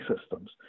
systems